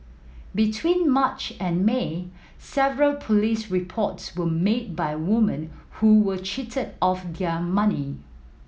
between March and May several police reports were made by woman who were cheated of their money